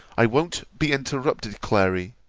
i won't be interrupted, clary